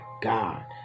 God